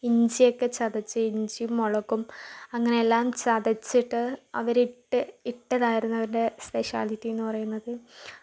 ഇഞ്ചിയൊക്കെ ചതച്ച് ഇഞ്ചിയും മുളകും അങ്ങനെയെല്ലാം ചതച്ചിട്ട് അവരിട്ട് ഇട്ടതായിരുന്നു അവരുടെ സ്പെഷ്യാലിറ്റി എന്ന് പറയുന്നത്